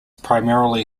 primarily